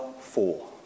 four